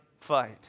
fight